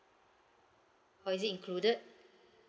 or is it included